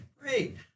great